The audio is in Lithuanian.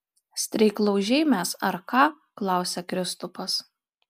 streiklaužiai mes ar ką klausia kristupas